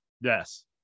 yes